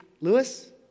Lewis